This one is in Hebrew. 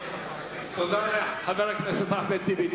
תודה לחבר הכנסת אחמד טיבי.